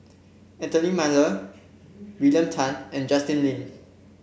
Anthony Miller William Tan and Justin Lean